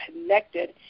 connected